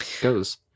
goes